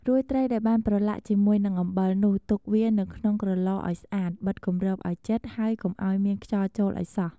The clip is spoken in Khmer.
រួចត្រីដែលបានប្រឡាក់ជាមួយនឹងអំបិលនោះ ទុកវានៅក្នុងក្រឡឱ្យស្អាត បិទគម្របឱ្យជិត ហើយកុំឱ្យមានខ្យល់ចូលឱ្យសោះ។